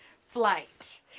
flight